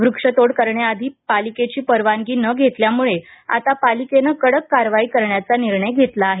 वृक्षतोड करण्याआधी पालिकेची परवानगी न घेतल्यामुळे आता पालिकेनं कडक कारवाई करण्याचा निर्णय घेतला आहे